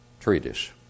treatise